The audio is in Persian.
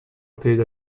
پیدا